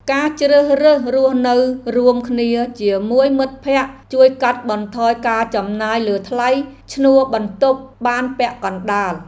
ការជ្រើសរើសរស់នៅរួមគ្នាជាមួយមិត្តភក្តិជួយកាត់បន្ថយការចំណាយលើថ្លៃឈ្នួលបន្ទប់បានពាក់កណ្តាល។